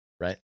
right